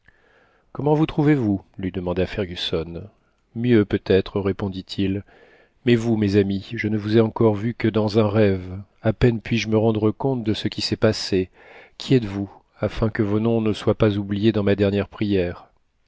comment vous trouvez-vous lui demanda fergusson mieux peut-être répondit-il mais vous mes amis je ne vous ai encore vus que dans un rêve a peine puis-je me rendre compte de ce qui s'est passé qui êtes-vous afin que vos noms ne soient pas oubliés dans ma dernière prière